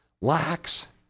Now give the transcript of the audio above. lacks